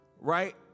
right